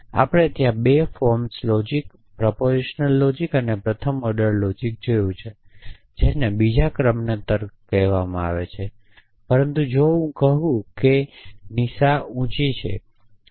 તેથી આપણે ત્યાં 2 ફોર્મ્સ લોજિક પ્રપોઝિશનલ લોજિક અને પ્રથમ ઓર્ડર લોજિક જોયું છે જેને બીજી ક્રમની તર્ક કહેવામાં આવે છે પરંતુ જો હું કહું છું કે નિશા ઉંચી છે